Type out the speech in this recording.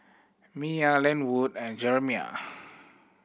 Mya Lynwood and Jeremiah